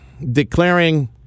declaring